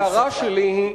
ההערה שלי היא: